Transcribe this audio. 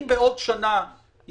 אם בעוד שנה יאמרו,